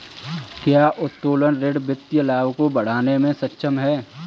क्या उत्तोलन ऋण वित्तीय लाभ को बढ़ाने में सक्षम है?